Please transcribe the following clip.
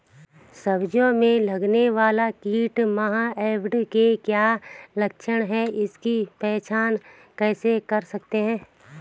सब्जियों में लगने वाला कीट माह एफिड के क्या लक्षण हैं इसकी पहचान कैसे कर सकते हैं?